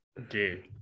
Okay